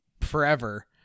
forever